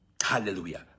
Hallelujah